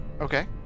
Okay